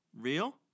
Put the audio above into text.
Real